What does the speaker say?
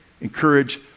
encourage